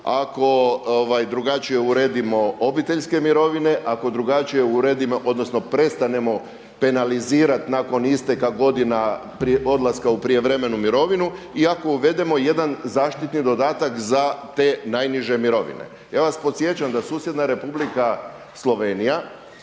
ako drugačije uredimo obiteljske mirovine, ako drugačije uredimo, odnosno prestanemo penalizirati nakon isteka godina odlaska u prijevremenu mirovinu i ako uvedemo jedan zaštitni dodatak za te najniže mirovine. Ja vas podsjećam da susjedna Republika Slovenija